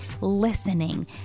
listening